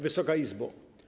Wysoka Izbo!